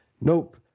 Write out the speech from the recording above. nope